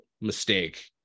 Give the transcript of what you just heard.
mistake